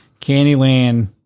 Candyland